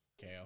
KO